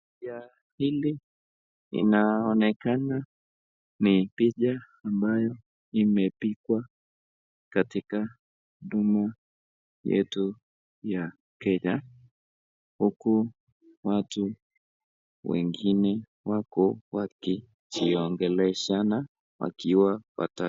Hili inaonekana ni picha ambaye imepikwa katika dumu yetu kenya huku watu wengine wako wakijiongeleshana wakiwa watatu.